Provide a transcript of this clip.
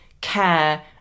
care